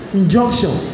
injunction